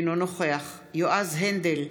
אינו נוכח יועז הנדל,